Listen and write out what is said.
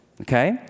okay